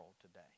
today